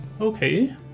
okay